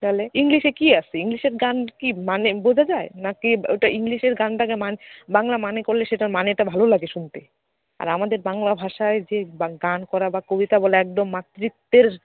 তাহলে ইংলিশে কী আছে ইংলিশের গান কি মানে বোঝা যায় না কি ওটা ইংলিশের গানটাকে মানে বাংলা মানে করলে সেটার মানেটা ভালো লাগে শুনতে আর আমাদের বাংলা ভাষায় যে বা গান করা বা কবিতা বলা একদম মাতৃত্বের